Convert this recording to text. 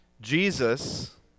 Jesus